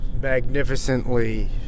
magnificently